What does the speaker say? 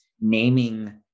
naming